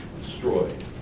destroyed